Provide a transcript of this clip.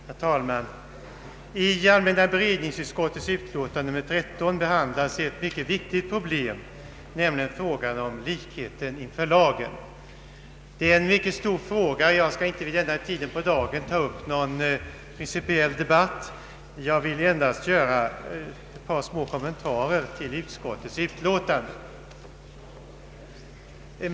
Herr talman! I allmänna beredningsutskottets utlåtande nr 13 behandlas ett mycket viktigt problem, nämligen frågan om likheten inför lagen. Det är en mycket stor fråga, och jag skall inte vid denna tid på dagen ta upp någon principiell debatt. Jag vill endast göra ett par kommentarer till utskottets utlåtande.